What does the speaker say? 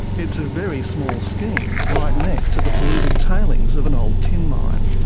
it's a very small scheme, right next to the polluted tailings of an old tin mine.